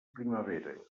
primavera